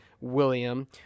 William